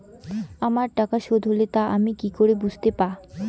আমার টাকা শোধ হলে তা আমি কি করে বুঝতে পা?